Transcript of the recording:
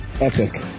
Epic